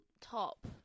top